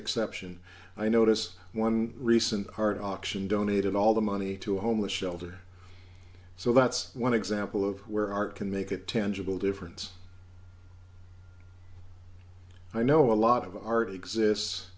exception i noticed one recent art auction donated all the money to a homeless shelter so that's one example of where art can make it tangible difference i know a lot of art exists